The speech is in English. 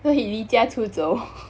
so he 离家出走